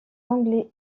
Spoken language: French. anglais